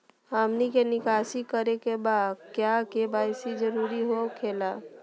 हमनी के निकासी करे के बा क्या के.वाई.सी जरूरी हो खेला?